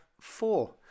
four